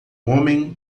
homem